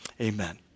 amen